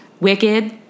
wicked